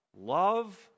Love